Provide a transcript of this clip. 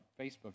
Facebook